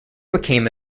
became